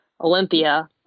Olympia